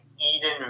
Eden